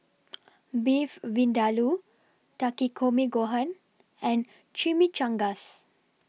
Beef Vindaloo Takikomi Gohan and Chimichangas